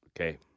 Okay